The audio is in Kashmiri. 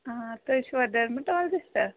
آ تُہۍ چھُوا ڈٔرمٹالِجِسٹ